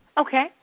Okay